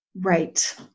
Right